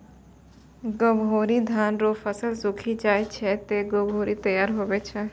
गभोरी धान रो फसल सुक्खी जाय छै ते गभोरी तैयार हुवै छै